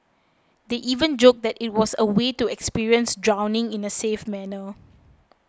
they even joked that it was a way to experience drowning in a safe manner